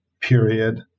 period